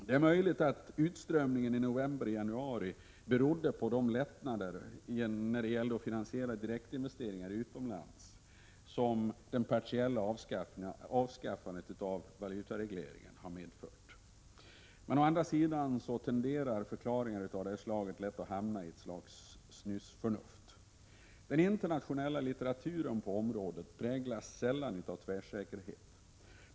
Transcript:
Det är möjligt att utströmningen från november förra året till januari i år berodde på de lättnader att finansiera direktinvesteringar utomlands som det partiella avskaffandet av valutaregleringen medförde. Å andra sidan tenderar förklaringar av det slaget att hamna i ett slags snusförnuft. Den internationella litteraturen på detta område präglas sällan av tvärsäkerhet.